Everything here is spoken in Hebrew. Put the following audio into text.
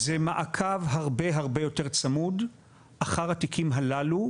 זה מעקב הרבה-הרבה יותר צמוד אחר התיקים הללו.